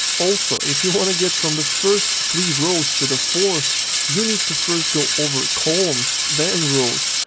also if you wanna get from the first three rows to the fourth you need to first go over columns then rows.